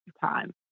time